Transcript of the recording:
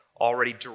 already